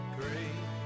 great